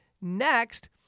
Next-